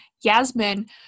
yasmin